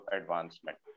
advancement